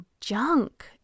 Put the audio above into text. junk